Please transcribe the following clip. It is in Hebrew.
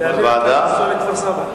להעביר את הנושא לכפר-סבא.